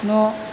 न'